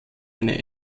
eine